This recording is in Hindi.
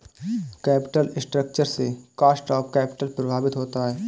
कैपिटल स्ट्रक्चर से कॉस्ट ऑफ कैपिटल प्रभावित होता है